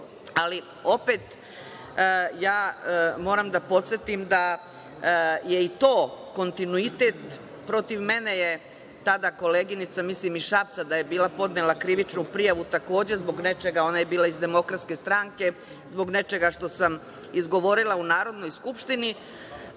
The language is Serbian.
ali opet moram da podsetim da je i to kontinuitet. Protiv mene je tada koleginica, mislim iz Šapca da je bila, podnela krivičnu prijavu, takođe, zbog nečega, ona je bila iz DS, što sam izgovorila u Narodnoj skupštini.